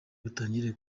butangire